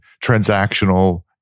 transactional